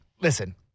listen